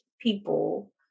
people